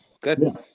good